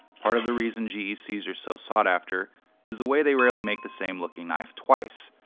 part of the reason gecs are so sought after is the way they rarely make the same looking knife twice,